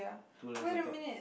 two lines on top